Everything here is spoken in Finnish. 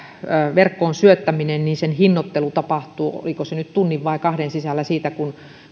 verkkoon syöttämisen hinnoittelu tapahtuu oliko se nyt tunnin vai kahden sisällä siitä kun